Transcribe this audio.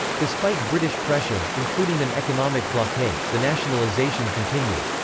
despite british pressure, including an economic blockade, the nationalization continued.